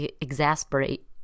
exasperate